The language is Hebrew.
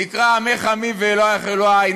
נקרא "עמך עמי ואלהיך אלהי",